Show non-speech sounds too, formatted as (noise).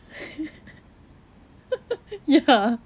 (laughs) ya